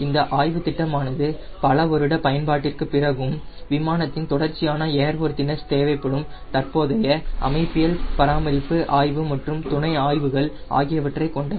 இந்த ஆய்வு திட்டம் ஆனது பலவருட பயன்பாட்டின் பிறகும் விமானத்தின் தொடர்ச்சியான ஏர்வொர்த்தினஸுக்கு தேவைப்படும் தற்போதைய அமைப்பியல் பராமரிப்பு ஆய்வு மற்றும் துணை ஆய்வுகள் ஆகியவற்றைக் கொண்டது